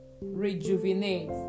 rejuvenate